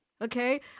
Okay